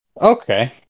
Okay